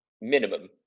minimum